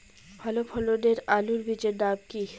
ভালো ফলনের আলুর বীজের নাম কি?